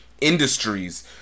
industries